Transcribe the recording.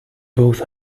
both